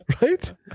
Right